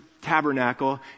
tabernacle